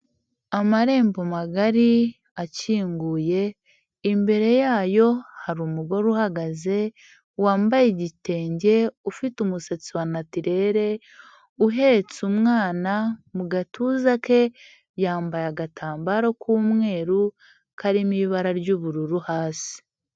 Amarembo magari akinguye, imbere yayo hari umugore uhagaze wambaye igitenge, ufite umusatsi wa natirere, uhetse umwana, mu gatuza ke yambaye agatambaro k'umweru karimo ibara ry'ubururu hasi.